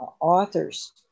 authors